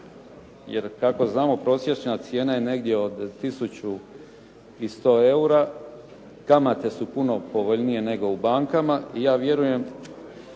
Jer kako znamo prosječna cijena je negdje od 1100 eura, kamate su puno povoljnije nego u bankama i ja vjerujem